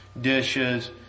dishes